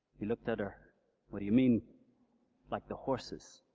he looked at her what do you mean like the horses?